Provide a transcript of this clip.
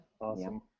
Awesome